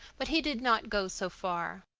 but he did not go so far.